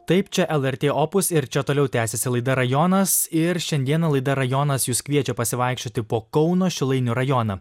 taip čia lrt opus ir čia toliau tęsiasi laida rajonas ir šiandieną laida rajonas jus kviečia pasivaikščioti po kauno šilainių rajoną